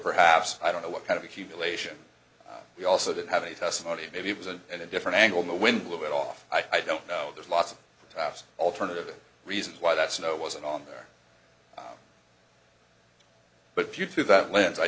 perhaps i don't know what kind of accumulation we also didn't have a testimony maybe it was an in a different angle the wind blew it off i don't know there's lots of alternative reasons why that snow wasn't on there but due to that lens i